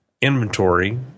inventory